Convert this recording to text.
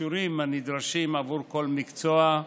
הכישורים הנדרשים עבור כל מקצוע,